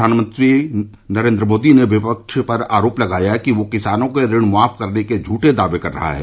प्रधानमंत्री ने विपक्ष पर आरोप लगाया कि वह किसानों के ऋण माफ करने के झूठे दावे कर रहा है